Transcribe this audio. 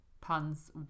puns